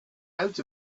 out